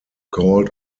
called